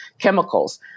chemicals